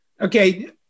Okay